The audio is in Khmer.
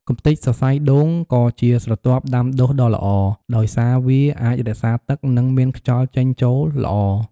កម្ទេចសរសៃដូងក៏ជាស្រទាប់ដាំដុះដ៏ល្អ ដោយសារវាអាចរក្សាទឹក និងមានខ្យល់ចេញចូលល្អ។